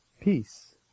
peace